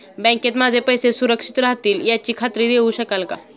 बँकेत माझे पैसे सुरक्षित राहतील याची खात्री देऊ शकाल का?